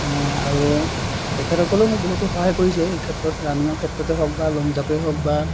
আৰু তেখেতসকলেও মোক বহুতো সহায় কৰিছে এই ক্ষেত্ৰত ৰাণিঙৰ ক্ষেত্ৰতে হওক বা লং জাম্পেই হওক বা